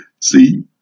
See